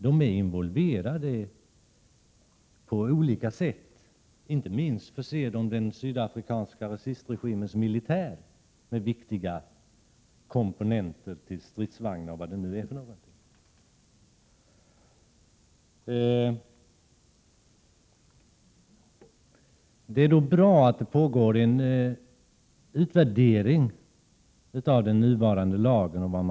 De är involverade på olika sätt. Inte minst förser de den sydafrikanska rasistregimens militär med viktiga komponenter till stridsvagnar osv. Det är bra att en utvärdering av den nuvarande lagen pågår.